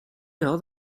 know